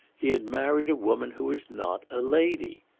he had married a woman who was not a lady!